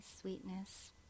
sweetness